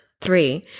Three